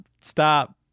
stop